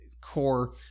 core